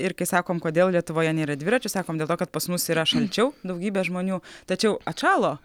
ir kai sakom kodėl lietuvoje nėra dviračių sakom dėl to kad pas mus yra šalčiau daugybė žmonių tačiau atšalo